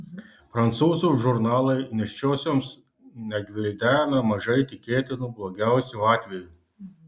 prancūzų žurnalai nėščiosioms negvildena mažai tikėtinų blogiausių atvejų